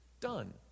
done